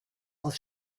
aus